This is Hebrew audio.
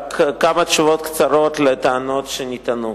רק כמה תשובות קצרות על הטענות שנטענו.